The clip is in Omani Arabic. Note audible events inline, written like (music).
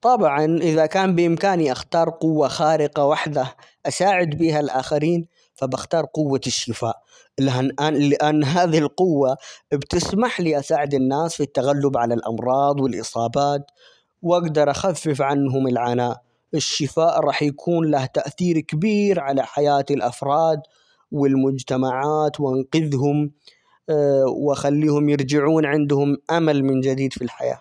طبعًا إذا كان بإمكاني أختار قوة خارقة وحدة أساعد بها الآخرين فبختار قوة الشفاء؛ -لأن -ه- لأن هذه القوة بتسمح لي أساعد الناس في التغلب على الأمراض والإصابات ،وأقدر أخفف عنهم العناء ،الشفاء راح يكون له تأثير كبير على حياة الأفراد ،والمجتمعات وأنقذهم، (hesitation) واخليهم يرجعون عندهم أمل من جديد في الحياة.